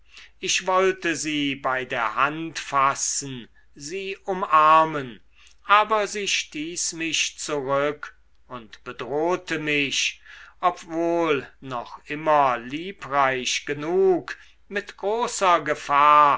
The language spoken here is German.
ich wollte sie bei der hand fassen sie umarmen aber sie stieß mich zurück und bedrohte mich obwohl noch immer liebreich genug mit großer gefahr